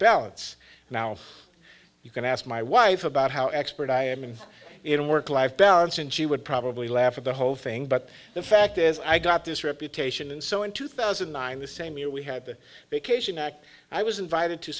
balance now you can ask my wife about how expert i am in a work life balance and she would probably laugh at the whole thing but the fact is i got this reputation and so in two thousand and nine the same year we had been vacationing act i was invited to